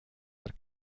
der